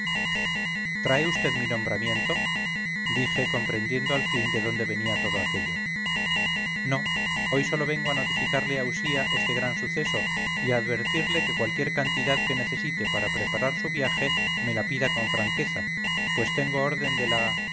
trae vd mi nombramiento dije comprendiendo al fin de dónde venía todo aquello no hoy sólo vengo a notificarle a usía este gran suceso y a advertirle que cualquier cantidad que necesite para preparar su viaje me la pida con franqueza pues tengo orden de la